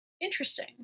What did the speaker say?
Interesting